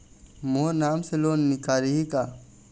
मोर नाम से लोन निकारिही का?